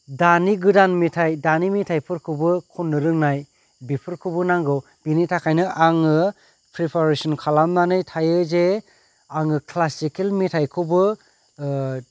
दानि गोदान मेथाइ दानि मेथाइफोरखौबो खननो रोंनाय बेफोरखौबो नांगौ बिनि थाखायनो आङो प्रेफारेसन खालामनानै थायो जे आङो क्लासिकेल मेथाइखौबो